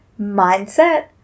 mindset